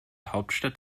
hauptstadt